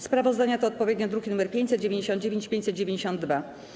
Sprawozdania to odpowiednio druki nr 599 i 592.